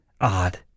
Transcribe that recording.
odd